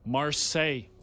Marseille